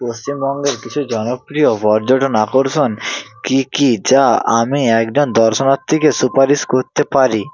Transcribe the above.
পশ্চিমবঙ্গের কিছু জনপ্রিয় পর্যটন আকর্ষণ কী কী যা আমি একজন দর্শনার্থীকে সুপারিশ করতে পারি